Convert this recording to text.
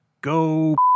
go